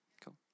Cool